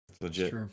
legit